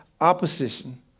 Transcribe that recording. opposition